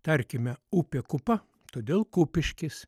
tarkime upė kupa todėl kupiškis